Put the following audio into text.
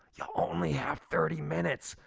you only have thirty minutes.